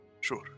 Sure